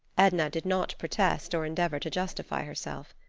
edna did not protest or endeavor to justify herself.